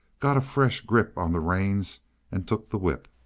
got a fresh grip on the reins and took the whip.